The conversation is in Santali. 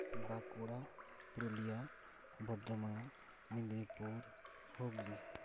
ᱵᱟᱸᱠᱩᱲᱟ ᱯᱩᱨᱩᱞᱤᱭᱟᱹ ᱵᱚᱨᱫᱷᱚᱢᱟᱱ ᱢᱮᱫᱽᱱᱤᱯᱩᱨ ᱦᱩᱜᱽᱞᱤ